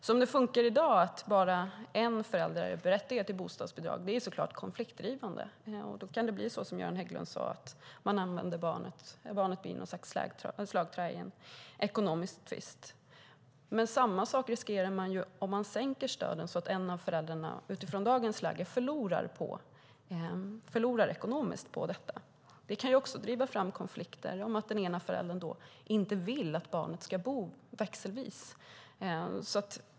Som det fungerar i dag, att bara en förälder är berättigad till bostadsbidrag, är konfliktdrivande. Då kan det bli så som Göran Hägglund sade, att barnet blir något slags slagträ i en ekonomisk tvist. Men samma sak riskerar man om man sänker stöden, så att en av föräldrarna utifrån dagens läge förlorar ekonomiskt på detta. Det kan ju också driva fram konflikter, om den ena föräldern inte vill att barnet ska bo växelvis.